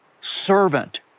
servant